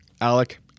Alec